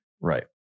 Right